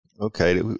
Okay